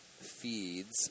feeds